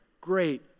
great